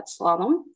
Slalom